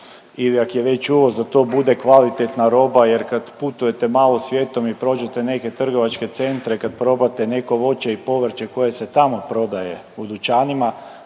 ili ako je već uvoz, da to bude kvalitetna roba jer kad putujete malo svijetom i prođete neke trgovačke centre, kad probate neko voće i povrće koje se tamo prodaje u dućanima,